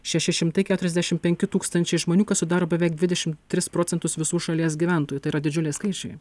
šeši šimtai keturiasdešimt penki tūkstančiai žmonių kas sudaro beveik dvidešimt tris procentus visų šalies gyventojų tai yra didžiuliai skaičiai